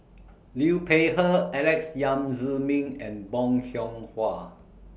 Liu Peihe Alex Yam Ziming and Bong Hiong Hwa